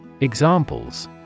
Examples